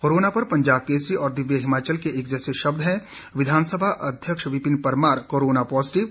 corona पर पंजाब केसरी और दिव्य हिमाचल के एक जैसे शब्द हैं विधानसभा अध्यक्ष विपिन परमार कोरोना पॉजीटिव